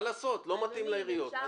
מה לעשות, זה לא מתאים לעיריות.